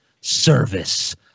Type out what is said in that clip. service